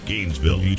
Gainesville